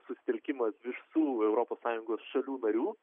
susitelkimas visų europos sąjungos šalių narių